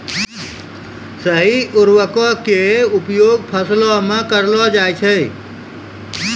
सही उर्वरको क उपयोग फसलो म करलो जाय छै